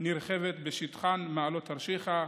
נרחבת בשטחן: מעלות תרשיחא,